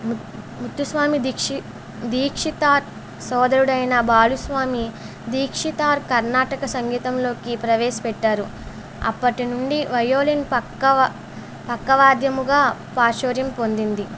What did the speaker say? ము ముత్తుస్వామి దీక్షి దీక్షితార్ సోదరుడైన బాలుస్వామి దీక్షితార్ కర్ణాటక సంగీతంలోకి ప్రవేశపెట్టారు అప్పటినుండి వయోలిన్ పక్కవ పక్కవాద్యముగా పాచుర్యం పొందింది